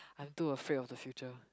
I too afraid of the future